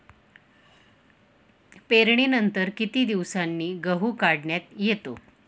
पेरणीनंतर किती दिवसांनी गहू काढण्यात येतो?